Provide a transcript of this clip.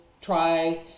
try